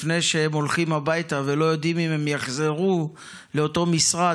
לפני שהם הולכים הביתה ולא יודעים אם הם יחזרו לאותו משרד,